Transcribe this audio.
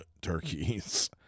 turkeys